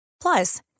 Plus